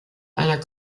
einer